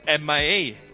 MIA